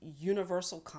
universal